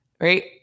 right